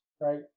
right